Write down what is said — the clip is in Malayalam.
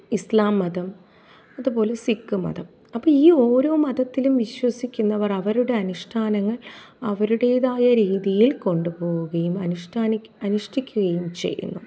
ഇസ്ലാം മതം അതുപോലെ സിക്ക് മതം അപ്പം ഈ ഓരോ മതത്തിലും വിശ്വസിക്കുന്നവർ അവരുടെ അനുഷ്ഠാനങ്ങൾ അവരുടേതായ രീതിയിൽ കൊണ്ടുപോവുകയും അനുഷ്ഠാനിക്കുക അനുഷ്ഠിക്കുകയും ചെയ്യുന്നു